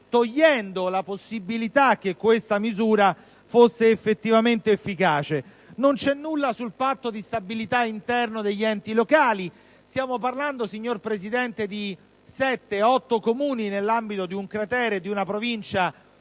togliendo la possibilità che questa misura fosse effettivamente efficace. Non c'è nulla sul Patto di stabilità interno degli enti locali. Stiamo parlando, signora Presidente, di circa 8 Comuni nell'ambito di un cratere di una Provincia